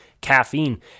caffeine